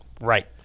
Right